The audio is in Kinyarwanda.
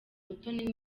mutoni